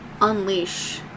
unleash